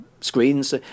screens